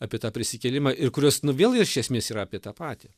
apie tą prisikėlimą ir kuris nu vėl iš esmės yra apie tą patį